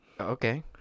Okay